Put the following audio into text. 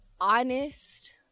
honest